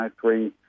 three